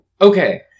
Okay